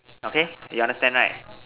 okay you understand right